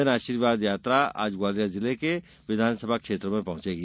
जन आशीर्वाद यात्रा आज ग्वालियर जिले के विधानसभा क्षेत्रों में पहुँचेगी